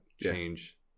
change